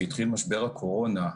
כשהתחיל משבר הקורונה,